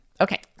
Okay